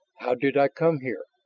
how did i come here?